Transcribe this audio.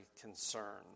concern